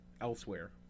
elsewhere